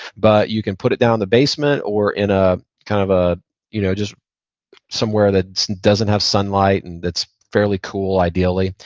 but you can put it down the basement or in ah kind of ah you know somewhere that doesn't have sunlight and that's fairly cool ideally.